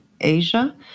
Asia